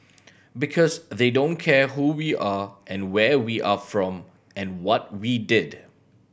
because they don't care who we are and where we are from and what we did